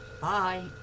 Bye